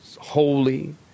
holy